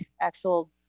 actual